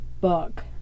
book